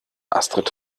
astrid